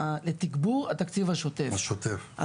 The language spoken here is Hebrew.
שנה לתגבור התקציב השוטף.